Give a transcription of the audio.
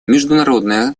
международное